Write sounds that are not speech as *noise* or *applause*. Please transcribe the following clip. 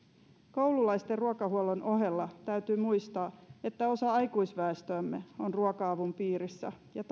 koululaisten ruokahuollon ohella täytyy muistaa että osa aikuisväestöstämme on ruoka avun piirissä ja *unintelligible*